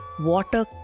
Water